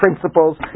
principles